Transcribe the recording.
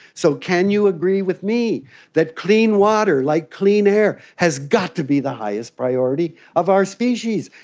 so can you agree with me that clean water, like clean air, has got to be the highest priority of our species?